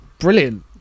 Brilliant